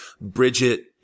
Bridget